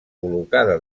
col·locada